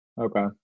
Okay